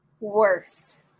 Worse